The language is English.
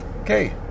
Okay